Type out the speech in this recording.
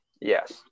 yes